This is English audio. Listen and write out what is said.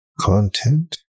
content